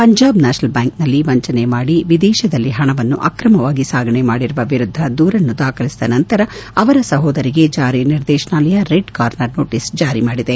Punjab national ಬ್ಲಾಂಕ್ನಲ್ಲಿ ವಂಚನೆ ಮಾಡಿ ವಿದೇಶದಲ್ಲಿ ಹಣವನ್ನು ಅಕ್ರಮವಾಗಿ ಸಾಗಾಣೆ ಮಾಡಿರುವ ವಿರುದ್ದ ದೂರನ್ನು ದಾಖಲಿಸಿದ ನಂತರ ಅವರ ಸಹೋದರಿಗೆ ಜಾರಿ ನಿರ್ದೇಶನಾಲಯ ರೆಡ್ ಕಾರ್ನರ್ ನೋಟಸ್ ಜಾರಿ ಮಾಡಿದೆ